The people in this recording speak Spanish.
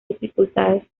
dificultades